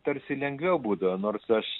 tarsi lengviau būdavo nors aš